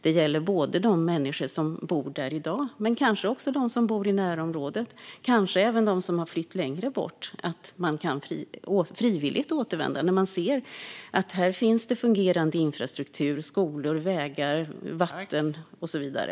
Det gäller de människor som bor där i dag men kanske också dem som bor i närområdet och även dem som har flytt längre bort - att man frivilligt kan återvända när man ser att det finns fungerande infrastruktur, skolor, vägar, vatten och så vidare.